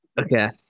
Okay